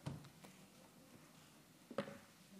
אשר